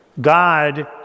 God